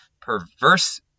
perverse